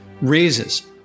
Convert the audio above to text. raises